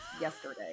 yesterday